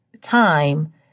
time